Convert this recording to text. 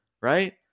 right